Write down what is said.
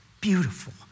beautiful